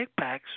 kickbacks